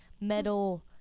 metal